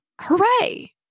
Hooray